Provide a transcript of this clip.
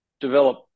develop